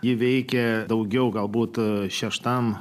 įveikę daugiau gal butą šeštam